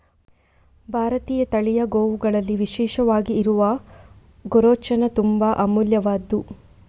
ಭಾರತೀಯ ತಳಿಯ ಗೋವುಗಳಲ್ಲಿ ವಿಶೇಷವಾಗಿ ಇರುವ ಗೋರೋಚನ ತುಂಬಾ ಅಮೂಲ್ಯವಾದ್ದು